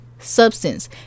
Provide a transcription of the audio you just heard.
substance